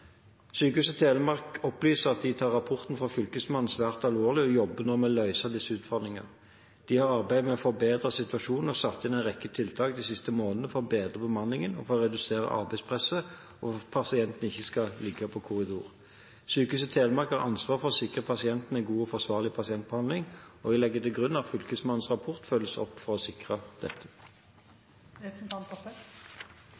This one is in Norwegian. Telemark opplyser at de tar rapporten fra Fylkesmannen svært alvorlig og jobber med å løse utfordringene. De har arbeidet med å forbedre situasjonen, og det er satt inn en rekke tiltak de siste månedene for å bedre bemanningen, for å redusere arbeidspresset og for at pasienter ikke skal ligge på korridor. Sykehuset Telemark har ansvar for å sikre pasientene en god og forsvarlig pasientbehandling, og jeg legger til grunn at Fylkesmannens rapport følges opp for å sikre dette.